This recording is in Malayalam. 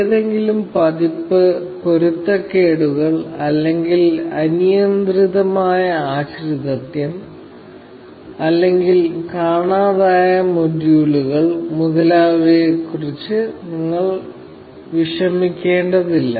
ഏതെങ്കിലും പതിപ്പ് പൊരുത്തക്കേടുകൾ അല്ലെങ്കിൽ അനിയന്ത്രിതമായ ആശ്രിതത്വം അല്ലെങ്കിൽ കാണാതായ മൊഡ്യൂളുകൾ മുതലായവയെക്കുറിച്ച് നിങ്ങൾ വിഷമിക്കേണ്ടതില്ല